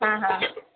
ہاں ہاں